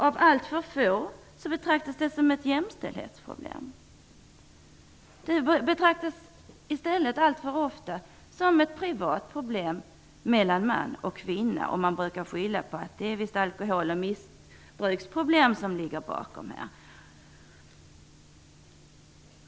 Av alltför få betraktas det som ett jämställdhetsproblem. Det betraktas alltför ofta som ett privat problem mellan man och kvinna. Man brukar skylla på att det är alkohol och missbruksproblem som ligger bakom.